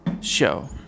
show